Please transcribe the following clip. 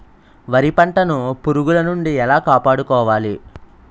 వరి పంటను పురుగుల నుండి ఎలా కాపాడుకోవాలి?